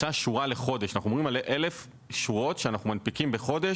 למשל בבית שמש,